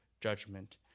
judgment